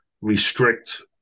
restrict